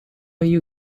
you